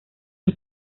sin